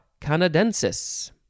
canadensis